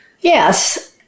Yes